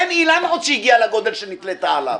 אין אילן עוד שהגיע לגודל שנתלית עליו.